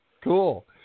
cool